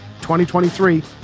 2023